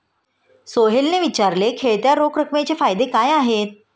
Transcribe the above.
सोहेलने विचारले, खेळत्या रोख रकमेचे फायदे काय आहेत?